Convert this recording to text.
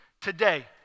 today